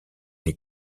des